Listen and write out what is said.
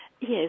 Yes